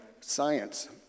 science